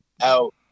out